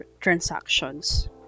transactions